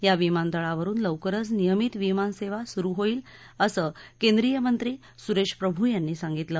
या विमानतळावरून लवकरच नियमित विमानसेवा सुरू होईल असं केंद्रीय मंत्री सुरेश प्रभू यांनी सांगितलं